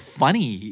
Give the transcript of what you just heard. funny